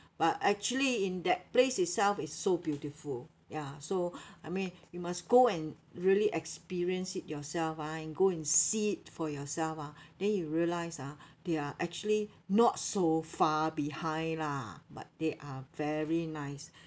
but actually in that place itself is so beautiful ya so I mean you must go and really experience it yourself ah and go and see it for yourself ah then you realise ah they're actually not so far behind lah but they are very nice